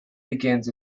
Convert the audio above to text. begins